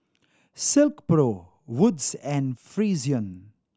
Silkpro Wood's and Frixion